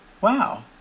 Wow